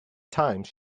times